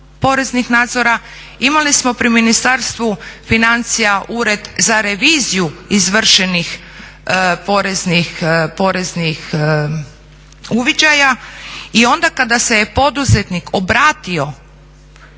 poreznih nadzora. Imali smo pri Ministarstvu financija Ured za reviziju izvršenih poreznih uviđaja i onda kada se je poduzetnik obratio